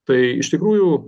tai iš tikrųjų